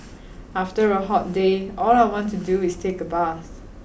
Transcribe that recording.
after a hot day all I want to do is take a bath